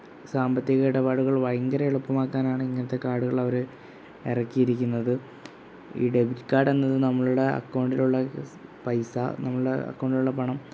സാമ്പത്തിക ഇടപാടുകൾ ഭയങ്കര എളുപ്പമാക്കാനാണ് ഇങ്ങനത്തെ കാർഡുകൾ അവർ ഇറക്കിയിരിക്കുന്നത് ഈ ഡെബിറ്റ് കാർഡ് എന്നത് നമ്മളുടെ അക്കൗണ്ടിലുള്ള പൈസ നമ്മളുടെ അക്കൗണ്ടിലുള്ള പണം